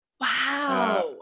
Wow